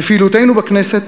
בפעילותנו בכנסת,